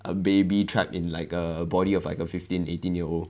a baby trapped in like a body of a fifteen eighteen year old